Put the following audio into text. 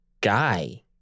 guy